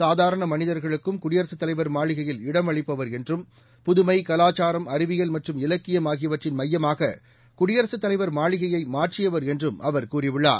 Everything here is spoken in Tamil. சாதாரண மனிதர்களுக்கும் குடியரசுத் தலைவர் மாளிகையில் இடமளிப்பவர் என்றும் புதுமை கலாச்சாரம் அறிவியல் மற்றும் இலக்கியம் ஆகியவற்றின் மையமாக குடியரசுத் தலைவர் மாளிகையை மாற்றியவர் என்றும் அவர் கூறியுள்ளார்